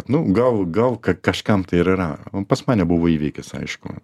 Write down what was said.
nu gal gal ka kažkam tai ir yra o pas mane buvo įvykis aišku